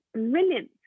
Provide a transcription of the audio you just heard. brilliant